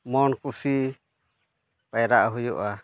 ᱢᱚᱱ ᱠᱩᱥᱤ ᱯᱟᱭᱨᱟᱜ ᱦᱩᱭᱩᱜᱼᱟ